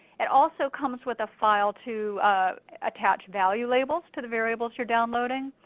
it also comes with a file to attach value labels to the variables youre downloading.